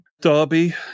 Derby